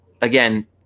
again